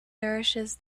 nourishes